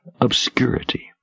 obscurity